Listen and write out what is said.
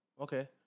okay